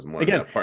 again